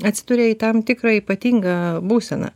atsidūria į tam tikrą ypatingą būseną